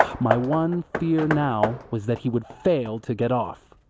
my one fear now was that he would fail to get off.